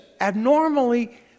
abnormally